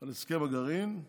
על הסכם הגרעין,